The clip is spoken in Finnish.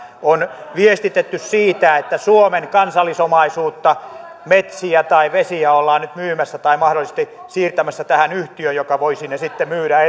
on viestitetty siitä että suomen kansallisomaisuutta metsiä tai vesiä ollaan nyt myymässä tai mahdollisesti siirtämässä tähän yhtiöön joka voisi ne sitten myydä